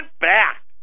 back